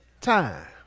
time